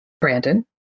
Brandon